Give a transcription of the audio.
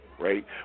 Right